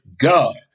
God